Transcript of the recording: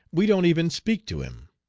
we don't even speak to him.